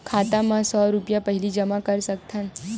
खाता मा सौ रुपिया पहिली जमा कर सकथन?